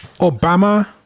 obama